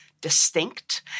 distinct